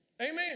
Amen